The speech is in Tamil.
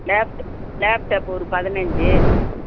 லேப்ட்டு லேப்டாப்பு ஒரு பதினஞ்சி